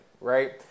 right